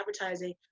advertising